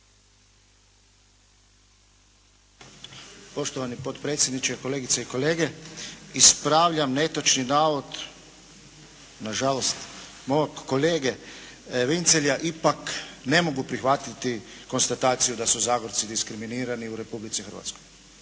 Poštovani potpredsjedniče, kolegice i kolege, ispravljam netočni navod, nažalost mog kolege Vincelja, ne mogu prihvatiti konstataciju da su zagorci diskriminirani u Republici Hrvatskoj.